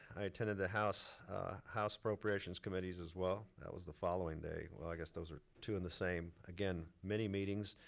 i attended the house house appropriations committee's as well. that was the following day. well, i guess those are two in the same. again, many meetings.